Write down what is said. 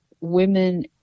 women